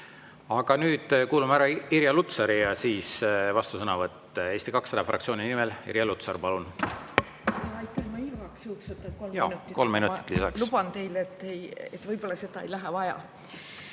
Aga nüüd kuulame ära Irja Lutsari ja siis vastusõnavõtt. Eesti 200 fraktsiooni nimel Irja Lutsar, palun! (Irja Lutsar palub lisaaega.) Jaa, kolm minutit lisaks. Luban teile, et võib-olla seda ei lähe vaja.